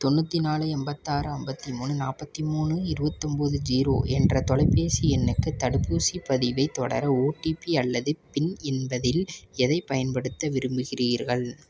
தொண்ணூற்றி நாலு எண்பத்தாறு ஐம்பத்தி மூணு நாற்பத்தி மூணு இருபத்தொம்போது ஜீரோ என்ற தொலைபேசி எண்ணுக்கு தடுப்பூசிப் பதிவைத் தொடர ஓடிபி அல்லது பின் என்பதில் எதைப் பயன்படுத்த விரும்புகிறீர்கள்